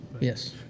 Yes